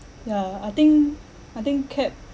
ya I think I think cab